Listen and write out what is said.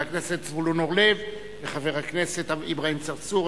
חברי הכנסת זבולון אורלב והשיח' אברהם צרצור,